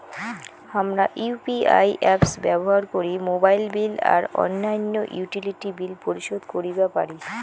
হামরা UPI apps ব্যবহার করি মোবাইল বিল আর অইন্যান্য ইউটিলিটি বিল পরিশোধ করিবা পারি